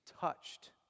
touched